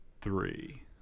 three